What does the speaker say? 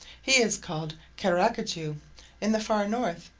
he is called carcajou in the far north,